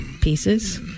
pieces